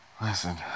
Listen